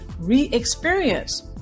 re-experience